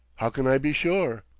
how can i be sure?